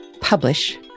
publish